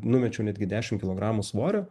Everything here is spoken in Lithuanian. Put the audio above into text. numečiau netgi dešim kilogramų svorio